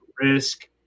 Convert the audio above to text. risk